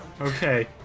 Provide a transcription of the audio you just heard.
Okay